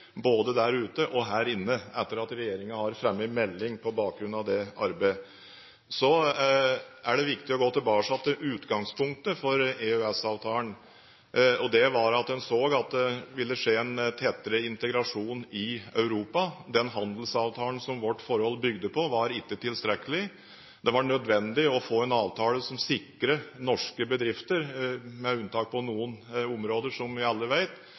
både der ute og her inne, etter at regjeringen har fremmet en melding på bakgrunn av det arbeidet. Så er det viktig å gå tilbake til utgangspunktet for EØS-avtalen. Det var at en så at det ville skje en tettere integrasjon i Europa. Den handelsavtalen som vårt forhold bygde på, var ikke tilstrekkelig. Det var nødvendig å få en avtale som sikrer norske bedrifter – med unntak av på noen områder, som vi alle